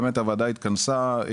באמת הוועדה התכנסה,